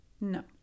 No